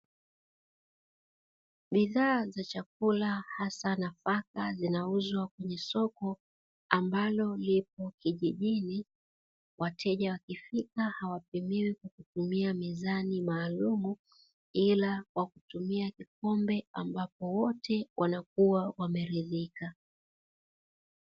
Bidhaa za chakula hasa nafaka zinauzwa kwenye soko ambalo lipo kijijini, wateja wakifika hawapimiwi kwa kutumia mizani maalumu ila kwa kutumia kikombe ambapo wote wanakuwa wameridhika.